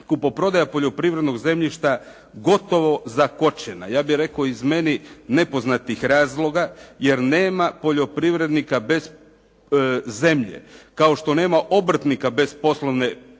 kupoprodaja poljoprivrednog zemljišta gotovo zakočena. Ja bih rekao iz meni nepoznatih razloga jer nema poljoprivrednika bez zemlje kao što nema obrtnika bez poslovne,